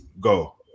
Go